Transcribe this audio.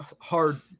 hard